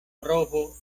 provo